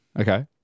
Okay